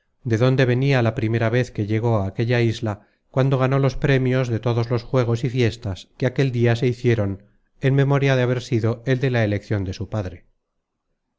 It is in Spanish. de dónde venia la primera vez que llegó á aquella isla cuando ganó los premios de todos los juegos y fiestas que aquel dia se hicieron en memoria de haber sido el de la eleccion de su